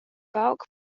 pauc